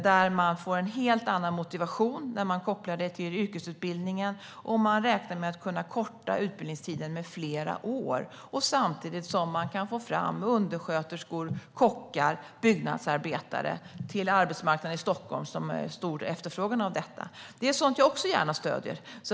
De får en helt annan motivation när det är kopplat till yrkesutbildningen, och man räknar med att kunna korta utbildningstiden med flera år, samtidigt som man kan få fram undersköterskor, kockar och byggnadsarbetare till arbetsmarknaden i Stockholm, som har stor efterfrågan på detta. Detta är sådant som jag också gärna stöder.